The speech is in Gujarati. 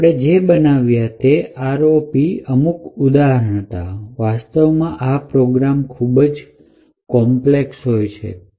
તો આપણે જે બનાવ્યા એ ROP અમુક ઉદાહરણ હતા વાસ્તવમાં પ્રોગ્રામ ખૂબ જ કોમ્પલેક્ષ છે